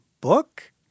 book